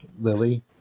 Lily